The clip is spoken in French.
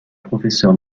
professeur